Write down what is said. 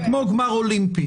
זה כמו גמר אולימפי.